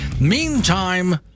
Meantime